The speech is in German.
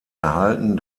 erhalten